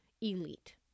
elite